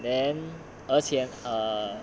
then 而且 err